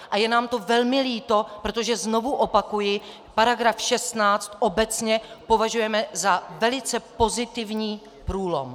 A je nám to velmi líto, protože znovu opakuji § 16 obecně považujeme za velice pozitivní průlom.